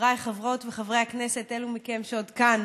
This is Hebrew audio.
חבריי חברות וחברי הכנסת, אלו מכם שעוד כאן,